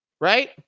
right